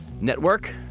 network